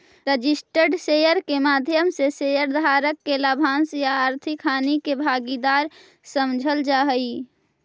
registered share के माध्यम से शेयर धारक के लाभांश या आर्थिक हानि के भागीदार समझल जा हइ